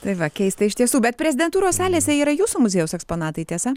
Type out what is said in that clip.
tai va keista iš tiesų bet prezidentūros salėse yra jūsų muziejaus eksponatai tiesa